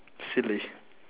silly